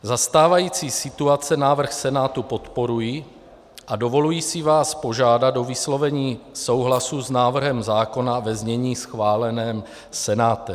Za stávající situace návrh Senátu podporuji a dovoluji si vás požádat o vyslovení souhlasu s návrhem zákona ve znění schváleném Senátem.